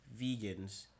vegans